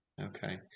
Okay